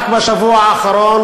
רק בשבוע האחרון